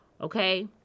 Okay